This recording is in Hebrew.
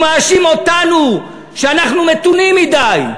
הוא מאשים אותנו שאנחנו מתונים מדי,